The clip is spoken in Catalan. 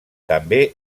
també